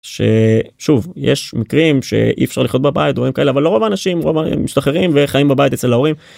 ש..שוב יש מקרים שאי אפשר לחיות בבית או דברים כאלה אבל רוב האנשים משתחררים וחיים בבית אצל ההורים.